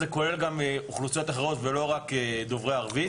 זה כולל גם אוכלוסיות אחרות ולא רק דוברי ערבית.